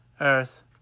Earth